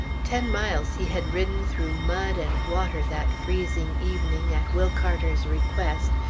ten miles he had ridden through mud and water that freezing evening, at will carter's request,